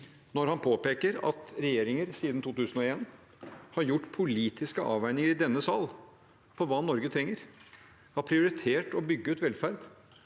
når han påpeker at regjeringer siden 2001 har gjort politiske avveininger i denne sal av hva Norge trenger, har prioritert å bygge ut velferd